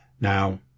Now